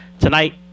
tonight